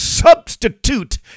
substitute